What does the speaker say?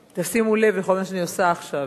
שימו לב לכל מה שאני עושה עכשיו,